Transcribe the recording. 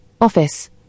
office